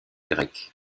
grecque